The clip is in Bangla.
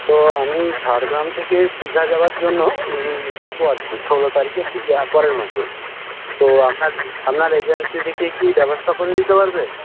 তো আমি ঝাড়গ্রাম থেকে দীঘা যাওয়ার জন্য যাব আর কি ষোলো তারিখের দিকে আর পরের মাসে তো আপনার আপনার এজেন্সি থেকে কি ব্যবস্থা করে দিতে পারবে